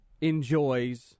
enjoys